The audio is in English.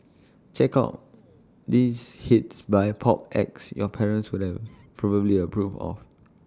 check out these hits by pop acts your parents would probably approve of